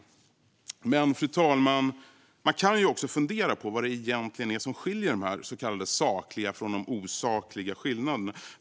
Fru talman! Man kan fundera på vad det egentligen är som skiljer de så kallade sakliga från de osakliga skillnaderna.